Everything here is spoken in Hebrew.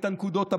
את הנקודות הבאות: